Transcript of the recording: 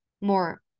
more